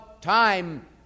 time